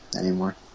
anymore